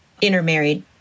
intermarried